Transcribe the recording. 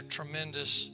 tremendous